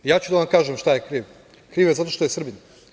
Ja ću da vam kažem šta je kriv, kriv je zato što je Srbin.